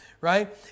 Right